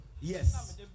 Yes